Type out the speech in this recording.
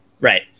Right